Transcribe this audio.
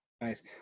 Nice